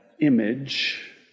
image